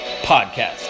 podcast